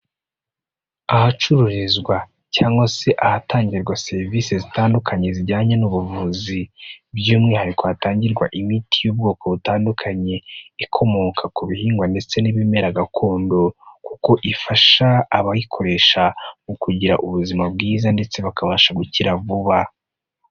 Ahacururizwa cyangwa se ahatangirwa serivisi zitandukanye zijyanye n'ubuvuzi, by'umwihariko hatangirwa imiti y'ubwoko butandukanye ikomoka ku bihingwa ndetse n'ibimera gakondo, kuko ifasha abayikoresha mu kugira ubuzima bwiza, ndetse bakabasha gukira vuba.